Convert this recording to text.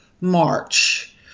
March